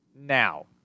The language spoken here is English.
Now